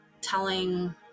telling